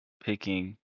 Picking